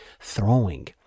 throwing